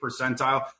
percentile